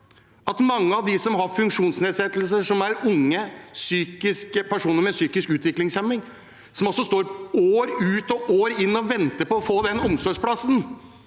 for mange av dem som har funksjonsnedsettelser og er unge personer med psykisk utviklingshemning, som altså står år ut og år inn og venter på å få en omsorgsplass.